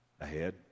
ahead